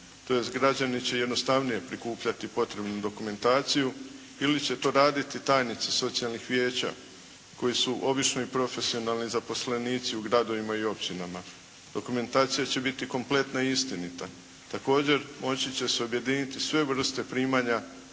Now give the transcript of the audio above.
tj. građani će jednostavnije prikupljati potrebnu dokumentaciju ili će to raditi tajnici socijalnih vijeća koji su obično i profesionalni zaposlenici u gradovima i općinama. Dokumentacija će biti kompletna i istinita. Također, moći će se objediniti sve vrste primanja